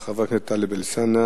של חבר הכנסת טלב אלסאנע,